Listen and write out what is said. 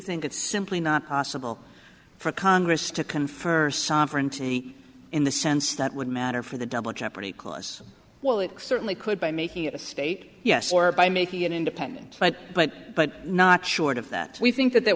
think it's simply not possible for congress to confer sovereignty in the sense that would matter for the double jeopardy clause well it certainly could by making it a state yes or by making an independent but but but not short of that we think that that